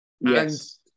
Yes